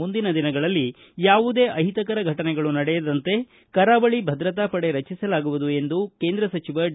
ಮುಂದಿನ ದಿನಗಳಲ್ಲಿ ಯಾವುದೇ ಅಹಿತಕರ ಘಟನೆಗಳು ನಡೆಯದಂತೆ ಕರಾವಳಿ ಭದ್ರತಾ ಪಡೆ ರಚಿಸಲಾಗುವುದು ಎಂದು ಕೇಂದ್ರ ಸಚಿವ ಡಿ